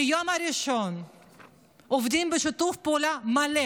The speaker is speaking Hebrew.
מהיום הראשון עובדים בשיתוף פעולה מלא